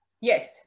Yes